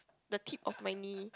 the tip of my knee